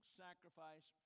sacrifice